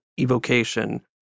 evocation